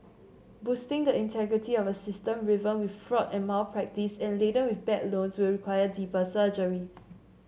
boosting the integrity of a system riven with fraud and malpractice and laden with bad loans will require deeper surgery